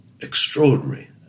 extraordinary